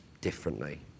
differently